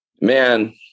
man